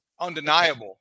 undeniable